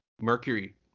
Mercury